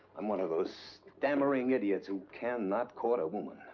i'm one of those stammering idiots who cannot court a woman.